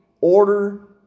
order